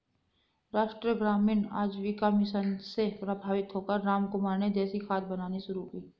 राष्ट्रीय ग्रामीण आजीविका मिशन से प्रभावित होकर रामकुमार ने देसी खाद बनानी शुरू की